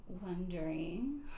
wondering